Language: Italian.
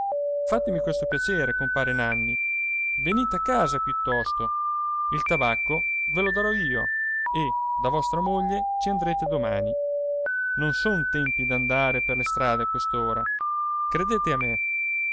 fatemi questo piacere compare nanni venite a casa piuttosto il tabacco ve lo darò io e da vostra moglie ci andrete domani non son tempi d'andare per le strade a quest'ora credete a me